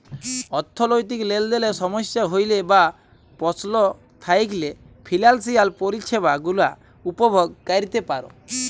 অথ্থলৈতিক লেলদেলে সমস্যা হ্যইলে বা পস্ল থ্যাইকলে ফিলালসিয়াল পরিছেবা গুলা উপভগ ক্যইরতে পার